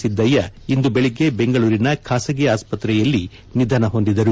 ಸಿದ್ದಯ್ಯ ಇಂದು ಬೆಳಿಗ್ಗೆ ಬೆಂಗಳೂರಿನ ಖಾಸಗಿ ಆಸ್ವತ್ರೆಯಲ್ಲಿ ನಿಧನ ಹೊಂದಿದರು